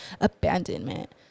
Abandonment